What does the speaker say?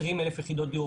20,000 יחידות דיור,